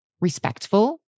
respectful